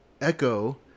Echo